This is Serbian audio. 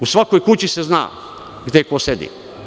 U svakoj kući se zna gde ko sedi.